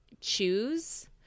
choose